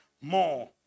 more